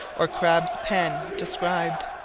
or crabbe's pen described.